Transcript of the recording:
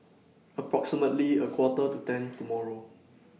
approximately A Quarter to ten tomorrow